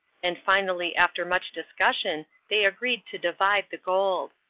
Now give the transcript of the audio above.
and finally after much discussion they agreed to divide the gold.